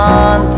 on